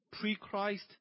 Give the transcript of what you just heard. Pre-Christ